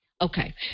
Okay